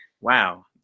Wow